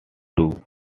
two